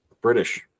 British